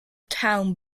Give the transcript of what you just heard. town